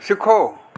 सिखो